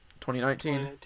2019